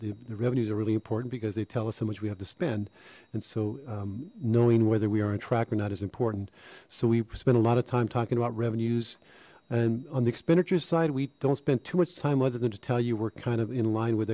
the revenues are really important because they tell us so much we have to spend and so knowing whether we are on track or not is important so we've spent a lot of time talking about revenues and on the expenditure side we don't spend too much time other than to tell you we're kind of in line with